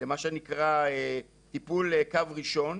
במה שנקרא "טיפול קו ראשון"